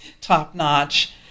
top-notch